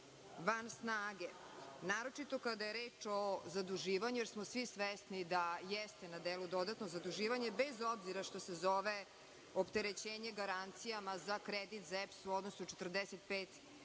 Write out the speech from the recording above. van snage, naročito kada je reč o zaduživanju, jer smo svi svesni da jeste na delu dodatno zaduživanje, bez obzira što se zove - opterećenje garancijama za kredit EPS-u, odnosno 45